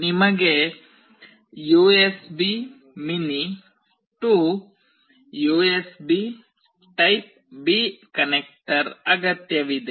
ನಿಮಗೆ USB mini to USB type B connector ಅಗತ್ಯವಿದೆ